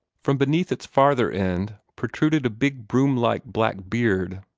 from beneath its farther end protruded a big broom-like black beard,